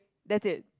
that's it